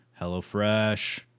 HelloFresh